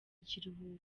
ikiruhuko